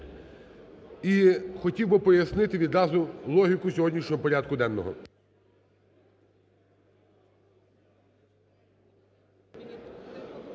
І хотів би пояснити відразу логіку сьогоднішнього порядку денного.